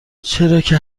چراکه